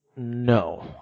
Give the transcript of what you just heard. No